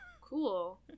cool